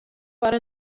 foar